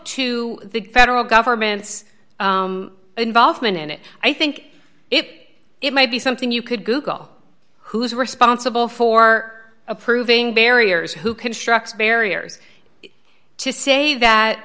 to the federal government's involvement in it i think it it might be something you could google who is responsible for approving barriers who constructs barriers to say that